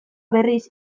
berriz